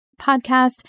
podcast